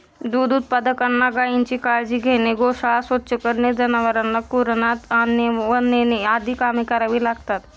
दूध उत्पादकांना गायीची काळजी घेणे, गोशाळा स्वच्छ करणे, जनावरांना कुरणात आणणे व नेणे आदी कामे करावी लागतात